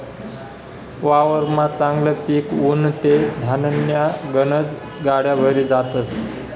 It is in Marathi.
वावरमा चांगलं पिक उनं ते धान्यन्या गनज गाड्या भरी जातस